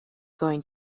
going